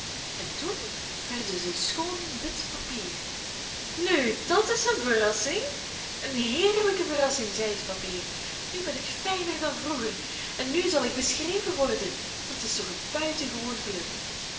en toen werden zij schoon wit papier nu dat is een verrassing een heerlijke verrassing zei het papier nu ben ik fijner dan vroeger en nu zal ik beschreven worden dat is toch een buitengewoon geluk